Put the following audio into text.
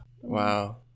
wow